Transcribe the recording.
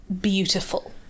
beautiful